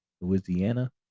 Louisiana